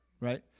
right